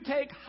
take